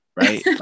right